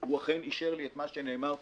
הוא אכן אישר לי את מה שנאמר פה,